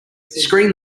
screen